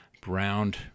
browned